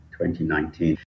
2019